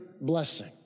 blessing